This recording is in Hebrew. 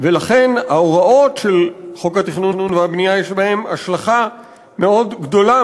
ולכן ההוראות של חוק התכנון והבנייה יש בהן השלכה מאוד גדולה,